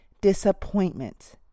disappointment